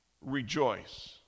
rejoice